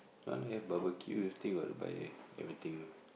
I want to have barbeque still got to buy everything lah